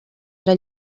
era